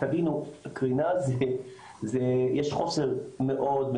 תבינו קרינה זה יש חוסר מאוד,